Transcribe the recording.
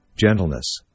gentleness